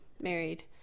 married